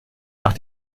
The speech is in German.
nach